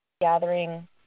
gathering